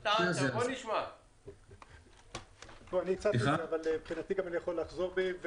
אני הצעתי את זה אבל מבחינתי אני יכול גם לחזור בי.